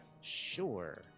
Sure